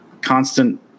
constant